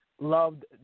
Loved